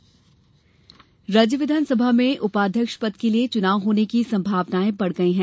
विस उपाध्यक्ष राज्य विधानसभा में उपाध्यक्ष पद के लिए चुनाव होने की संभावनायें बढ़ गई हैं